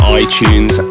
iTunes